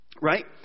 Right